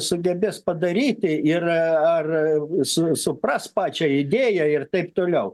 sugebės padaryti ir ar supras pačią idėją ir taip toliau